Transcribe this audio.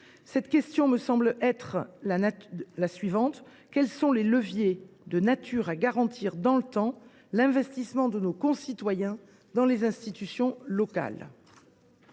la question institutionnelle suivante : quels sont les leviers de nature à garantir dans le temps l’investissement de nos concitoyens dans les institutions locales ?